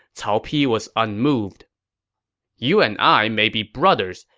cao pi was unmoved you and i may be brothers,